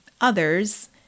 others